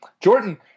Jordan